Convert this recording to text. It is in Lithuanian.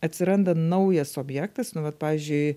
atsiranda naujas objektas nu vat pavyzdžiui